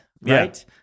right